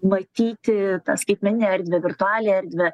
matyti tą skaitmeninę erdvę virtualią erdvę